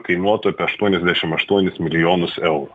kainuotų apie aštuoniasdešim aštuonis milijonus eurų